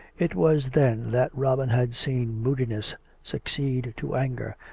it was then that robin had seen moodiness succeed to anger,